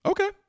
Okay